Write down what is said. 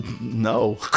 No